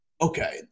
okay